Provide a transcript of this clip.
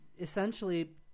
Essentially